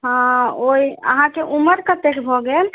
हँ ओहि अहाँके उमर कतेक भऽ गेल